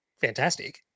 fantastic